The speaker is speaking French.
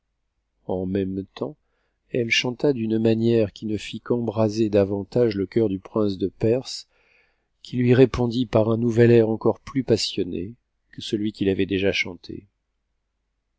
en même temps elle chanta d'une manière qui ne fit qu'embraser davantage le cœur du prince e perse qui lui répondit par un nouvel air encore plus passionné que celui qu'it avait déjà chanté